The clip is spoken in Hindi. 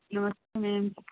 नमस्ते मैम